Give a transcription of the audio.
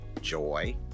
joy